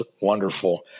wonderful